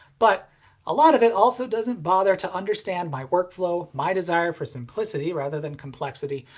but a lot of it also doesn't bother to understand my workflow, my desire for simplicity rather than complexity,